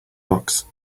docs